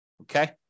Okay